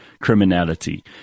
criminality